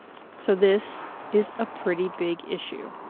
so this is a pretty big issue.